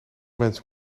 mens